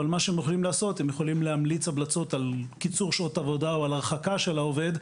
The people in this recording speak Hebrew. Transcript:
אבל הם יכולים להמליץ המלצות על קיצור שעות עבודה או הרחקה של העובד.